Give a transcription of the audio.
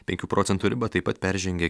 penkių procentų ribą taip pat peržengė